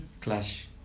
clash